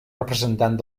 representant